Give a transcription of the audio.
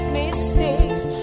mistakes